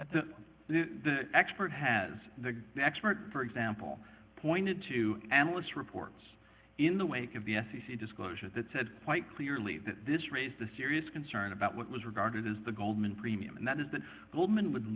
at the expert the expert for example pointed to analyst reports in the wake of the f c c disclosure that said quite clearly that this raised the serious concern about what was regarded as the goldman premium and that is that goldman would